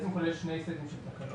יש שתי תקנות,